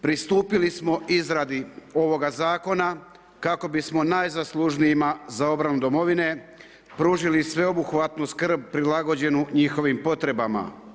Pristupili smo izradi ovoga zakona kako bismo najzaslužnijima za obranu Domovine pružili sveobuhvatnu skrb prilagođenu njihovim potrebama.